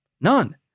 None